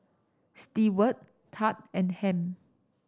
Steward Thad and Ham